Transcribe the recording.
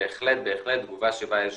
בהחלט תגובה שבה יש